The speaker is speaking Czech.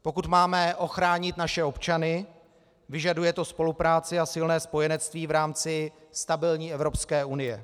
Pokud máme ochránit naše občany, vyžaduje to spolupráci a silné spojenectví v rámci stabilní Evropské unie.